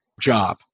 job